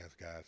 guys